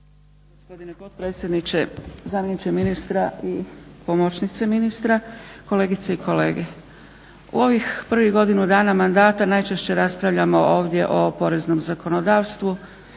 potpredsjedniče. Zamjeniče ministra i pomoćnice ministra, kolegice i kolege. U ovih prvu godinu mandata najčešće raspravljamo ovdje o poreznom zakonodavstvu